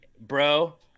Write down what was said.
bro